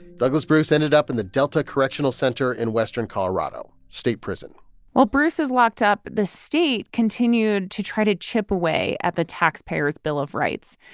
douglas bruce ended up in the delta correctional center in western colorado state prison while bruce is locked up, the state continued to try to chip away at the taxpayer's bill of rights.